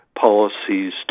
policies